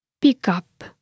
pick-up